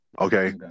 Okay